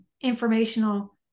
informational